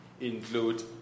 include